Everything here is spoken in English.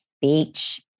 Beach